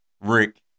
Rick